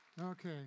Okay